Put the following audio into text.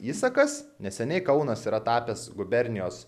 įsakas neseniai kaunas yra tapęs gubernijos